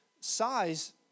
size